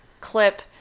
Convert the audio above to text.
clip